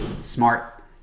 smart